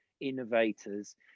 innovators